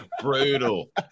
Brutal